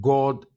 God